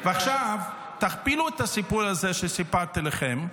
עכשיו תכפילו את הסיפור הזה שסיפרתי לכם.